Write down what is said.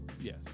yes